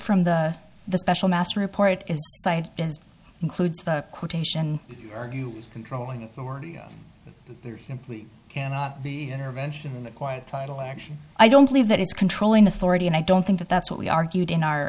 from the the special master report cited includes the quotation argue controlling authority there simply cannot be intervention in the quiet title action i don't believe that is controlling authority and i don't think that that's what we argued in